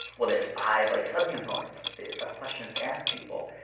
well there's five like sub components of questions to ask people.